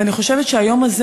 ואני חושבת שהיום הזה